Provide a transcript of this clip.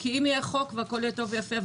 כי אם יהיה חוק והכול יהיה טוב ויפה,